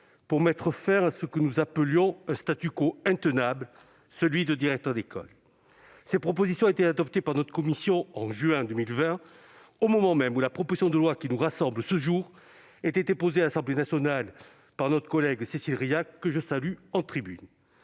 pour « mettre fin à un intenable, celui de directeur d'école ». Ces propositions étaient adoptées par notre commission en juin 2020, au moment même où la proposition de loi qui nous rassemble ce jour était déposée à l'Assemblée nationale par notre collègue Cécile Rilhac, que je salue en tribune.